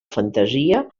fantasia